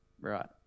Right